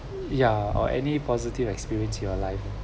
ya or any positive experience in your life